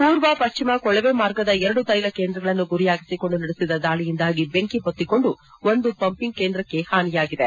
ಪೂರ್ವ ಪಶ್ಚಿಮ ಕೊಳವೆ ಮಾರ್ಗದ ಎರಡು ತೈಲ ಕೇಂದ್ರಗಳನ್ನು ಗುರಿಯಾಗಿಸಿಕೊಂಡು ನಡೆಸಿದ ದಾಳಿಯಿಂದಾಗಿ ಬೆಂಕಿ ಹೊತ್ತಿಕೊಂಡು ಒಂದು ಪಂಪಿಂಗ್ ಕೇಂದ್ರಕ್ತೆ ಹಾನಿಯಾಗಿದೆ